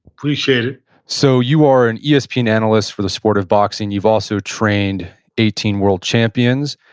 appreciate it so you are an yeah espn analyst for the sport of boxing. you've also trained eighteen world champions,